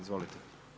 Izvolite.